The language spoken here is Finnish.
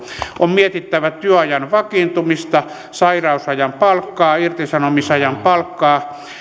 on mietittävä työajan vakiintumista sairausajan palkkaa irtisanomisajan palkkaa